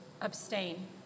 Abstain